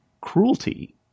cruelty